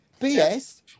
BS